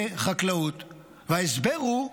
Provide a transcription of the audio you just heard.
ההסבר הוא: